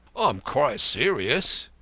i'm quite serious,